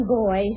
boy